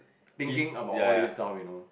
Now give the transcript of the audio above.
thinking about all this now you know